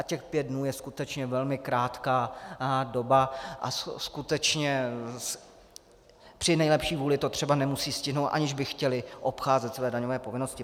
Těch pět dnů je skutečně velmi krátká doba a skutečně při nejlepší vůli to třeba nemusí stihnout, aniž by chtěli obcházet své daňové povinnosti.